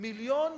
שמיליון